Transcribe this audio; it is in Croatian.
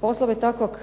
Poslove takvog